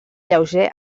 lleuger